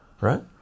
right